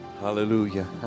hallelujah